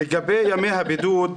לגבי ימי הבידוד,